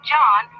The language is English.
John